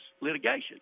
litigation